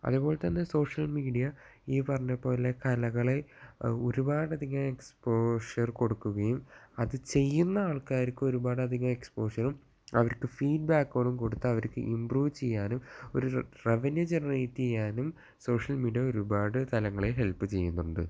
അതുപോലെ തന്നെ ഈ സോഷ്യൽ മീഡിയ ഈ പറഞ്ഞതു പോലെ കലകളെ ഒരുപാടു അധികം എക്സ്പോഷർ കൊടുക്കുകയും അത് ചെയ്യുന്ന ആൾക്കാർക്ക് ഒരുപാട് അധികം എക്സ്പോഷറും അവർക്ക് ഫീഡ് ബേക്കോടും കൊടുത്ത് അവർക്ക് ഇമ്പ്രൂവ് ചെയ്യാനും ഒരു റവന്യൂ ജനറേറ്റ് ചെയ്യാനും സോഷ്യൽ മീഡിയ ഒരുപാട് തലങ്ങളെ ഹെല്പ് ചെയ്യുന്നുണ്ട്